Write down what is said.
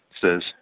says